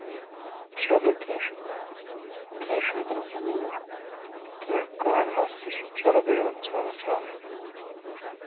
چلو کیٚنٛہہ چھُنہٕ کیٚنٛہہ چھُنہٕ پَرواے کٔہیٖنٛۍ کٕہٕنۍ مَسلہٕ چھُنہٕ چلو بِہِو رۄبَس حَوال اسلام علیکُم